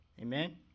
amen